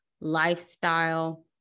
lifestyle